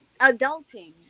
adulting